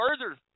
further